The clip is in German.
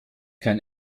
kein